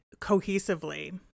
cohesively